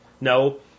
No